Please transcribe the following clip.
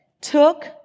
took